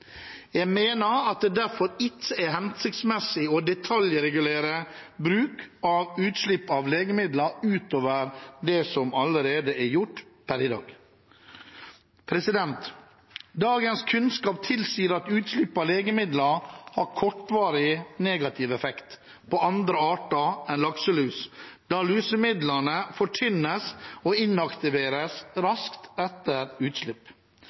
Jeg mener at det derfor ikke er hensiktsmessig å detaljregulere bruk og utslipp av legemidler utover det som allerede er gjort per i dag. Dagens kunnskap tilsier at utslipp av legemidler har kortvarig negativ effekt på andre arter enn lakselus, da lusemidlene fortynnes og inaktiveres raskt etter utslipp.